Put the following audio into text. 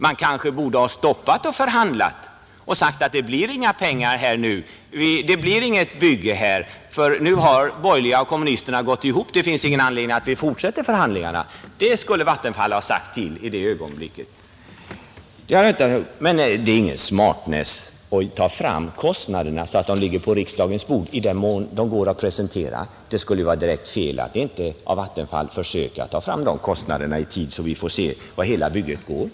Man kanske borde ha stoppat förhandlingarna och sagt att det blir inga pengar, inget bygge här, för nu har de borgerliga och kommunisterna gått ihop — det finns ingen anledning att vi fortsätter förhandlingarna. Det skulle Vattenfall ha sagt till i det ögonblicket. Men det har jag inte hört. Det är emellertid ingen smartness att ta fram kostnaderna, så att de ligger på riksdagens bord i den mån de går att presentera. Det skulle ju vara direkt fel av Vattenfall att inte försöka ta fram dessa kostnader i tid, så att vi får se vad hela bygget går på.